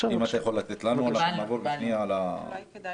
זה לא יופיע